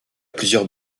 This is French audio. plusieurs